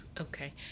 Okay